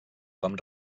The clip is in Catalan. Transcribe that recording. com